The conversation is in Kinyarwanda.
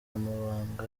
amabanga